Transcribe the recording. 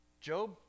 Job